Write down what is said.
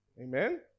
Amen